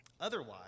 Otherwise